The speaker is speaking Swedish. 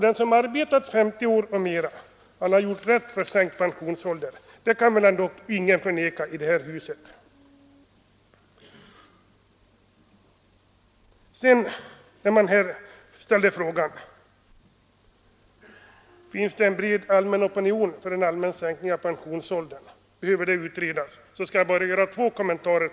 Den som har arbetat 50 år eller mera har gjort rätt för sänkt pensionsålder — det kan väl ingen i detta hus förneka! Man har ställt frågan: Finns det en bred opinion för en allmän sänkning av pensionsåldern? Om detta behöver utredas skall jag bara göra två kommentarer.